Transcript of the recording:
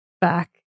back